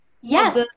Yes